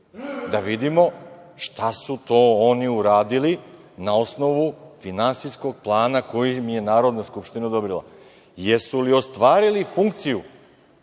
da vidimo šta su to oni uradili na osnovu finansijskog plana koji im je Narodna skupština odobrila. Da li su ostvarili funkciju